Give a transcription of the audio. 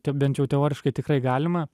te bent jau teoriškai tikrai galima